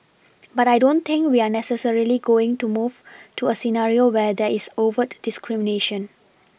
but I don't think we are necessarily going to move to a scenario where there is overt discrimination